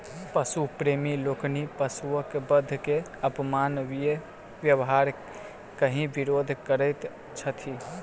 पशु प्रेमी लोकनि पशुक वध के अमानवीय व्यवहार कहि विरोध करैत छथि